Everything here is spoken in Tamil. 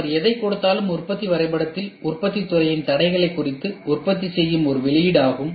அவர் எதைக் கொடுத்தாலும் உற்பத்தி வரைபடத்தில் உற்பத்தித் துறையின் தடைகள் குறித்து உற்பத்தி செய்யும் ஒரு வெளியீடு ஆகும்